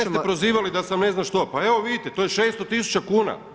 Mene ste prozivali da sam ne znam što, pa evo vidite, to je 600 000 kuna.